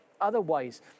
otherwise